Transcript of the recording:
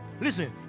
Listen